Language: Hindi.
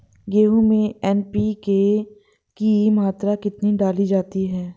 गेहूँ में एन.पी.के की मात्रा कितनी डाली जाती है?